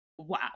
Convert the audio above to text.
wow